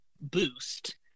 boost